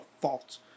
fault